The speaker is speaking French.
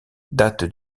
date